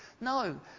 No